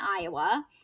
Iowa